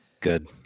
Good